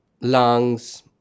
lungs